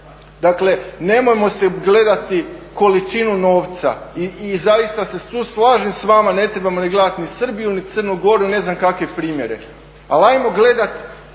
Dakle nemojmo se gledati količinu novca. I zaista se tu slažem s vama ne trebamo ni gledati ni Srbiju, ni Crnu Goru, ne znam kakve primjene, ali ajmo gledati